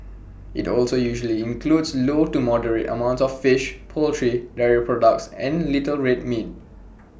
IT also usually includes low to moderate amounts of fish poultry dairy products and little red meat